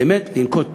באמת לנקוט פעולה.